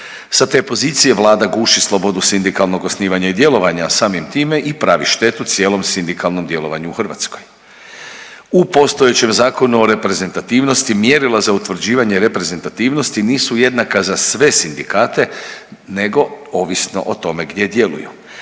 Sa te pozicije vlada guši slobodu sindikalnog osnivanja i djelovanja, a samim time i pravi štetu cijelom sindikalnom djelovanju u Hrvatskoj. U postojećem Zakonu o reprezentativnosti mjerila za utvrđivanje reprezentativnosti nisu jednaka za sve sindikate nego ovisno o tome gdje djeluju.